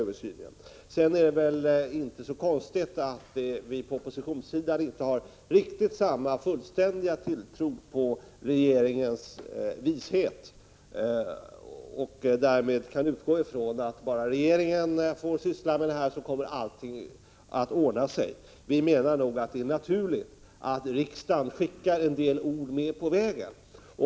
Sedan vill jag säga att det nog inte är så konstigt att vi på oppositionssidan inte har riktigt samma fullständiga tilltro till regeringens vishet och därmed kan utgå ifrån att allting kommer att ordna sig om bara regeringen får syssla med de här frågorna. Vi menar att det är naturligt att riksdagen skickar med en del ord på vägen.